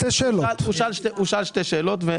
השאלות.